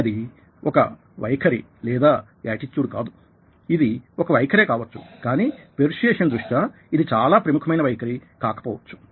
అది ఒక వైఖరి లేదా ఏటిట్యూడ్ కాదుఇదీ ఒక వైఖరే కావచ్చు కానీ పెర్స్యుయేసన్ దృష్ట్యా ఇది చాలా ప్రముఖమైన వైఖరి ఏటిట్యూడ్ కాకపోవచ్చు